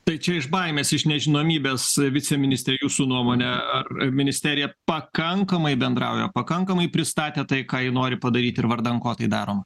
tai čia iš baimės iš nežinomybės viceministre jūsų nuomone ar ministerija pakankamai bendrauja pakankamai pristatė tai ką ji nori padaryti ir vardan ko tai daro